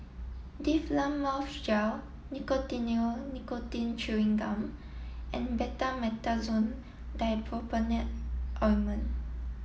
Difflam Mouth Gel Nicotinell Nicotine Chewing Gum and Betamethasone Dipropionate Ointment